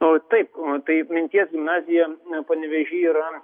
o taip o taip minties gimnazija panevėžy yra